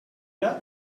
poland